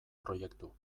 proiektu